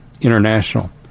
International